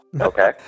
Okay